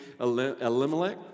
Elimelech